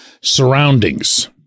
surroundings